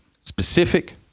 Specific